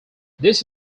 this